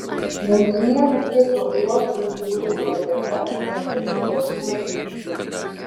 vandenyje nutįso uosto žiburių uodega dangus buvo pilnas žvaigždžių